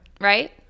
Right